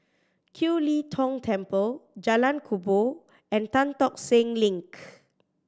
Kiew Lee Tong Temple Jalan Kubor and Tan Tock Seng Link